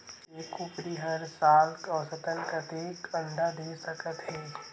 एक कुकरी हर साल औसतन कतेक अंडा दे सकत हे?